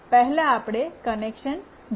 પહેલા આપણે કનેક્શન જોશું